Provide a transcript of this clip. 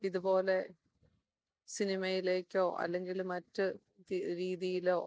ഇതുപോലെ സിനിമയിലേക്കോ അല്ലെങ്കില് മറ്റു രീതിയിലോ